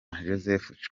joseph